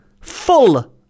full